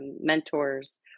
mentors